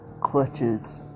clutches